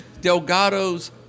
delgado's